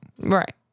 Right